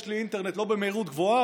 יש לי אינטרנט לא במהירות גבוהה,